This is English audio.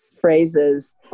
phrases